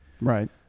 Right